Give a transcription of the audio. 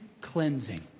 Cleansing